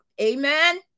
Amen